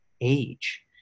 age